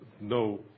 no